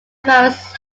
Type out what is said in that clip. variants